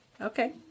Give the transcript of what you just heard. okay